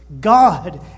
God